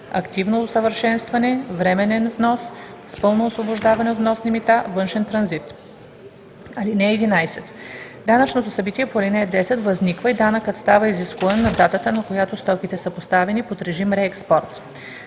активно усъвършенстване, временен внос с пълно освобождаване от вносни мита, външен транзит. (11) Данъчното събитие по ал. 10 възниква и данъкът става изискуем на датата, на която стоките са поставени под режим реекспорт.